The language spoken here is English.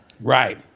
Right